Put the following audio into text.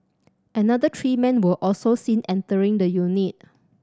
another three men were also seen entering the unit